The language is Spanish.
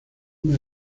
una